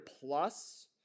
plus